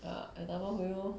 ya I dabao for you lor